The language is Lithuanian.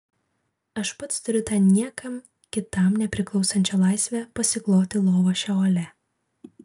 aš pats turiu tą niekam kitam nepriklausančią laisvę pasikloti lovą šeole